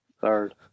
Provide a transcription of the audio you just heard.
third